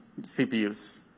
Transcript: CPUs